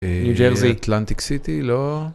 ניו ג'רזי, אטלנטיק סיטי, לא...